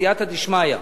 בסייעתא דשמיא,